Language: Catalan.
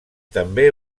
també